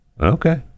okay